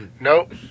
Nope